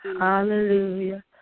Hallelujah